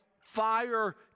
Fire